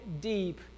deep